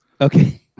Okay